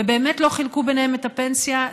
ובאמת לא חילקו ביניהם את הפנסיה,